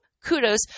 kudos